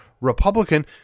Republican